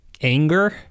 anger